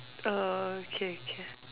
oh okay okay